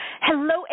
Hello